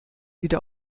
wieder